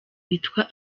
yitwa